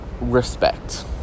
Respect